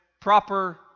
proper